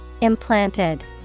Implanted